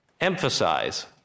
emphasize